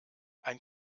ein